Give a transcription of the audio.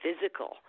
physical